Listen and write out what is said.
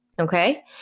okay